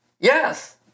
yes